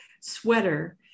sweater